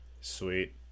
Sweet